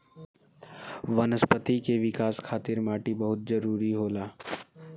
वनस्पति के विकाश खातिर माटी बहुत जरुरी होला